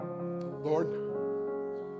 Lord